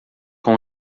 com